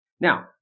Now